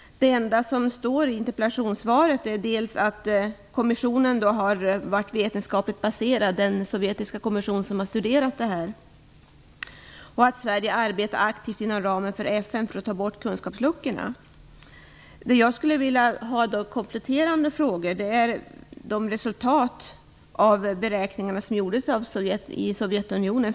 Det enda som anförs i interpellationssvaret är dels att den sovjetiska kommission som har studerat det här är vetenskapligt baserad, dels att Sverige arbetar aktivt inom FN för att komma till rätta med kunskapsluckorna. Jag skulle vilja ställa några kompletterande frågor om resultaten av de beräkningar som gjordes av Sovjetunionen.